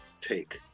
take